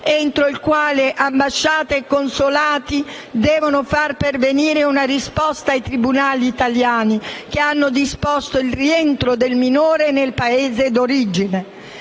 entro il quale ambasciate o consolati devono far pervenire una risposta ai tribunali italiani che hanno disposto il rientro del minore nel Paese d'origine.